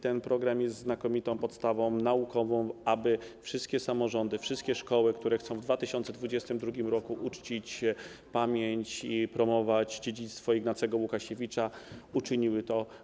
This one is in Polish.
Ten program jest znakomitą podstawą naukową, aby wszystkie samorządy, wszystkie szkoły, które chcą w 2022 r. uczcić pamięć i promować dziedzictwo Ignacego Łukasiewicza, uczyniły to.